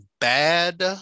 bad